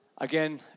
Again